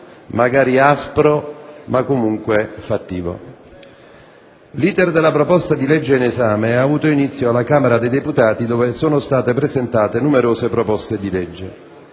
magari aspro ma comunque fattivo. L'*iter* della proposta di legge in esame ha avuto inizio alla Camera dei deputati, dove sono state presentate numerose proposte di legge.